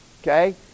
Okay